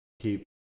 keep